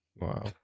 Wow